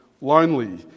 lonely